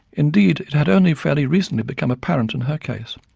indeed it had only fairly recently become apparent in her case,